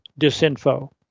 disinfo